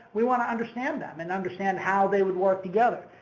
we want to understand them and understand how they would work together.